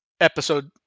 episode